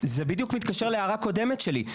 זה בדיוק מתקשר להערה קודמת שלי.